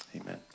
amen